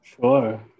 Sure